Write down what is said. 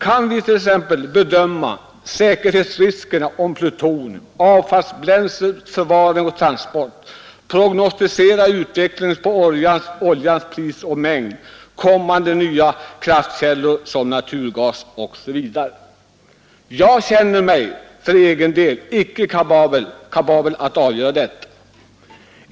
Kan vi t.ex. bedöma säkerhetsriskerna beträffande plutonium och avfallsbränslets förvaring och transport, kan vi prognostisera utvecklingen i fråga om oljans pris och mängd, kommande nya kraftkällor som naturgas osv.? Jag känner mig icke kapabel att avgöra detta.